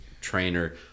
trainer